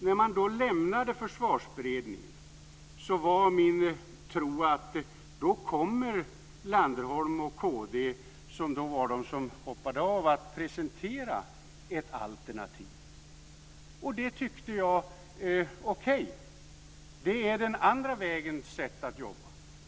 När Försvarsberedningen lämnades var min tro att moderaten Landerholm och kristdemokraterna, som var de som hoppade av, skulle presentera ett alternativ. Det tyckte jag var okej. Det är den andra vägens sätt att jobba.